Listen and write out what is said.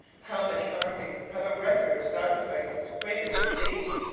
how many armies have a record of sacrifices greater than these,